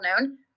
known